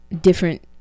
different